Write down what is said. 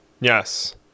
yes